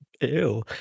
Ew